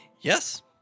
yes